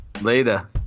later